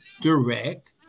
direct